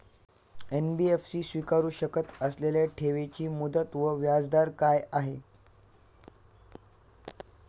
NBFC स्वीकारु शकत असलेल्या ठेवीची मुदत व व्याजदर काय आहे?